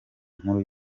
nkuru